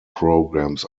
programs